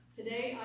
Today